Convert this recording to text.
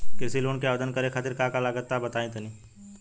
कृषि लोन के आवेदन करे खातिर का का लागत बा तनि बताई?